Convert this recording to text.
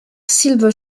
silver